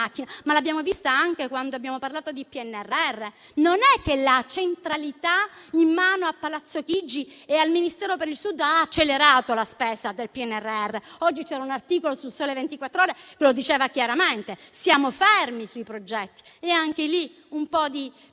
ma l'abbiamo visto anche quando abbiamo parlato di PNRR. La centralità in mano a Palazzo Chigi e al Ministero per il Sud non ha accelerato la spesa del PNNR. Oggi un articolo sul «Sole 24 ore» diceva chiaramente che siamo fermi sui progetti e anche lì c'è un po' di